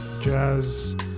jazz